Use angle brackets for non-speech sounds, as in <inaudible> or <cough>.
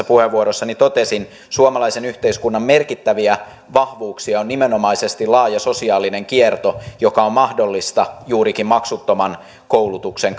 <unintelligible> puheenvuorossani totesin suomalaisen yhteiskunnan merkittäviä vahvuuksia on nimenomaisesti laaja sosiaalinen kierto joka on mahdollista juurikin maksuttoman koulutuksen <unintelligible>